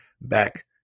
back